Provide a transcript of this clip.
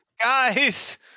guys